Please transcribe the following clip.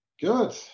Good